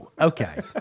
Okay